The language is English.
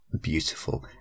beautiful